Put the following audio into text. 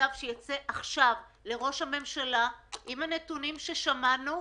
למכתב שיצא עכשיו לראש הממשלה עם הנתונים ששמענו,